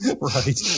Right